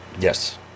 Yes